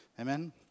Amen